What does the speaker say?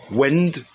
wind